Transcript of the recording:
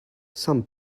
some